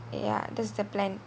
ya that's the plan